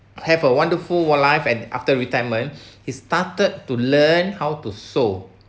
have a wonderful world life and after retirement he started to learn how to sew